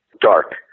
dark